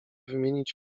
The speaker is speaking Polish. wymienić